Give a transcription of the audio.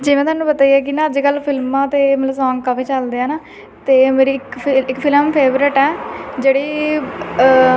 ਜਿਵੇਂ ਤੁਹਾਨੂੰ ਪਤਾ ਹੀ ਹੈ ਕਿ ਨਾ ਅੱਜ ਕੱਲ੍ਹ ਫਿਲਮਾਂ ਅਤੇ ਮਤਲਬ ਸੌਂਗ ਕਾਫੀ ਚੱਲਦੇ ਹੈ ਨਾ ਅਤੇ ਮੇਰੀ ਇੱਕ ਫ ਇੱਕ ਫਿਲਮ ਫੇਵਰੇਟ ਹੈ ਜਿਹੜੀ